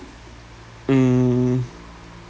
mm